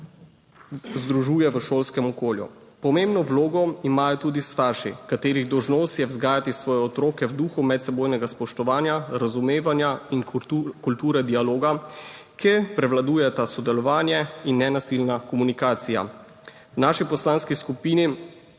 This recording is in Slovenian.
združuje v šolskem okolju. Pomembno vlogo imajo tudi starši, katerih dolžnost je vzgajati svoje otroke v duhu medsebojnega spoštovanja, razumevanja in kulture dialoga, kjer prevladujeta sodelovanje in nenasilna komunikacija. V naši poslanski skupini